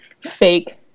fake